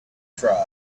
tribes